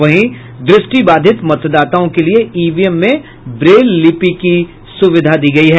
वहीं द्रष्टिबाधित मतदाताओं के लिए ईवीएम में ब्रेल लिपि की सुविधा दी गयी है